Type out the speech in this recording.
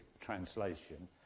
translation